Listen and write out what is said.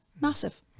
massive